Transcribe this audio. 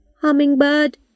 Hummingbird